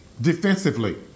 defensively